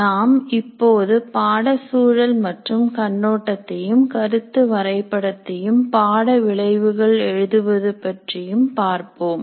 நாம் இப்போது பாடச் சூழல் மற்றும் கண்ணோட்டத்தையும் கருத்து வரைபடத்தையும் பாட விளைவுகளை எழுதுவது பற்றியும் பார்ப்போம்